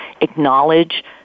acknowledge